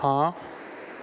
ਹਾਂ